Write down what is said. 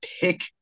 pick